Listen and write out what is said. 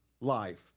life